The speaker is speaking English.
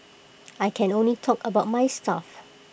I can only talk about my stuff